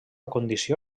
condició